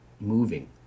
moving